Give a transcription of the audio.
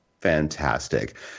Fantastic